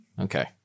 okay